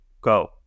go